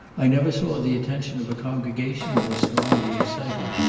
i never saw the attention of a congregation more strongly excited,